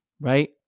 Right